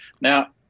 Now